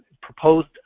proposed